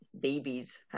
babies